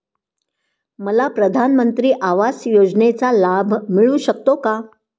मला प्रधानमंत्री आवास योजनेचा लाभ मिळू शकतो का?